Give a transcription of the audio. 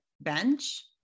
bench